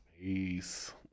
Peace